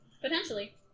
Potentially